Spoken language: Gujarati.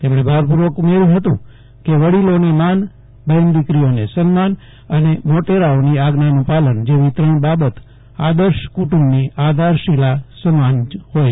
તેમણે ભારપૂર્વક ઉમેર્યું હતું કે વડીલોને માન બહેન દિકરીઓન સન્માન અને મોટેરાઓની આજ્ઞાનું પાલન જેવી ત્રણ બાબત આદર્શ કુટુંબની આધારશિલા સમાન હોય છે